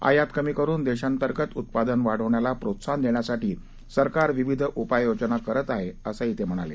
आयात कमी करुन देशांतर्गत उत्पादन वाढवण्य़ाला प्रोत्साहन देण्यासाठी सरकार विविध उपाययोजना करत आहे असं ते म्हणाले